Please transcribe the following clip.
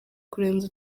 kurenza